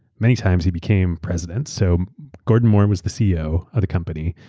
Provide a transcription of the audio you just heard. many times he became president. so gordon moore was the ceo of the company.